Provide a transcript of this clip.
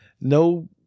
No